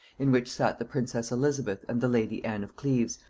in which sat the princess elizabeth and the lady anne of cleves,